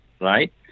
right